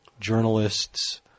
journalists